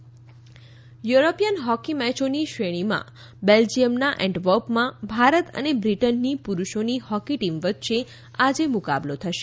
hockey European hockey મેચોની શ્રેણીમાં બેલ્જીયમના એન્ટવર્પમાં ભારત અને બ્રીટનની પુરૂષોની હોકી ટીમ વચ્ચે આજે મુકાબલો થશે